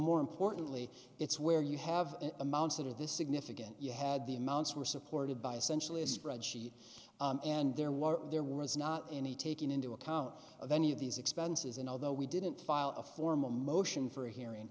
more importantly it's where you have amounts that are this significant you had the amounts were supported by essentially a spread sheet and there were there was not any taking into account of any of these expenses and although we didn't file a formal motion for a hearing